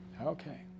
Okay